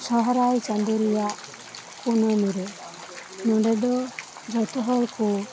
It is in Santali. ᱥᱚᱦᱚᱨᱟᱭ ᱪᱟᱸᱫᱳ ᱨᱮᱭᱟᱜ ᱠᱩᱱᱟᱹᱢᱤ ᱨᱮ ᱱᱚᱰᱮ ᱫᱚ ᱡᱚᱛᱚ ᱦᱚᱲ ᱠᱚ